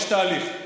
יש תהליך.